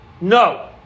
No